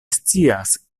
scias